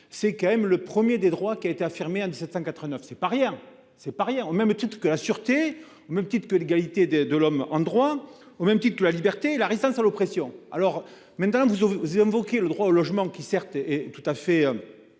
C'est quand même le 1er des droits qui a été affirmé à 1789 c'est pas rien, c'est pas rien, au même titre que la sûreté mes petite que l'égalité de l'homme en droit au même titre que la liberté, la récente ça l'oppression. Alors maintenant vous vous y invoqué le droit au logement qui certes est tout à fait.